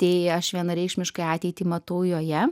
tai aš vienareikšmiškai ateitį matau joje